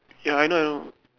ya I know I know